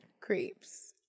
Creeps